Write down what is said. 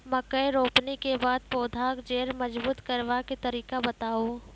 मकय रोपनी के बाद पौधाक जैर मजबूत करबा के तरीका बताऊ?